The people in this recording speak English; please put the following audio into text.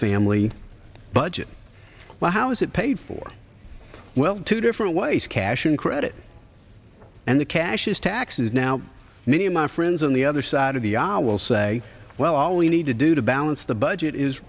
family budget well how is it paid for well two different ways cash and credit and the cash taxes now many of my friends on the other side of the i will say well all we need to do to balance the budget is